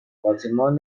دپارتمان